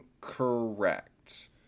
correct